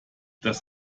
das